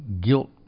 guilt